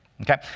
okay